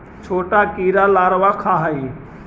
छोटा कीड़ा लारवा खाऽ हइ